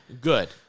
Good